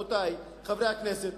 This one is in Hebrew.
רבותי חברי הכנסת,